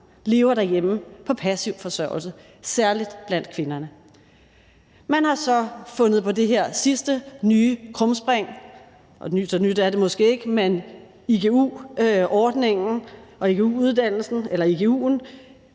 lever derhjemme på passiv forsørgelse, særlig blandt kvinderne. Man har så fundet på det her sidste nye krumspring, og så nyt er det måske heller ikke, altså igu-ordningen og igu'en og også en